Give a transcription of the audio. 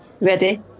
Ready